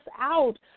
out